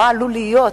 מה עלול להיות?